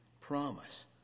promise